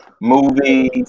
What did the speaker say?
movies